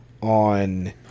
on